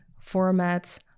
format